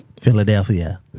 Philadelphia